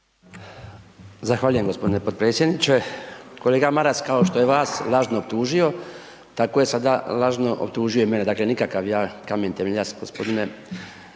Zahvaljujem gospodine potpredsjedniče. Kolega Maras kao što je vas lažno optužio, tako je sada lažno optužio i mene, dakle, nikakav ja kamen temeljac gospodine